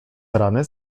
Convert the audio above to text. rany